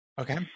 Okay